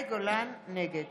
נגד